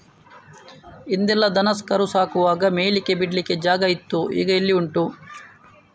ಹಿಂದೆಲ್ಲ ದನ ಕರು ಸಾಕುವಾಗ ಮೇಯ್ಲಿಕ್ಕೆ ಬಿಡ್ಲಿಕ್ಕೆ ಜಾಗ ಇತ್ತು ಈಗ ಎಲ್ಲಿ ಉಂಟು